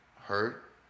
hurt